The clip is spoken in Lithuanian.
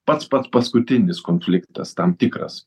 pats pats paskutinis konfliktas tam tikras